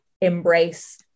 embrace